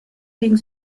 gegen